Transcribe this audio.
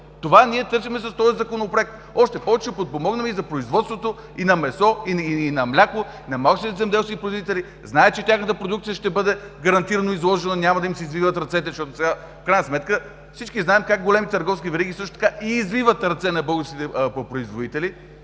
Това търсим с този Законопроект! Още повече ще подпомогнем и за производството, и на месо, и на мляко, и на малките земеделски производители, те знаят, че тяхната продукция ще бъде гарантирано изложена, няма да им се извиват ръцете. В крайна сметка всички знаем как големите търговски вериги също така и извиват ръце на българските производители,